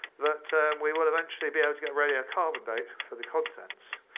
that we will eventually be able to get radio carbon date for the contents.